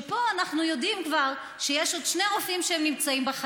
שפה אנחנו כבר יודעים שיש עוד שני רופאים שהם בחיים,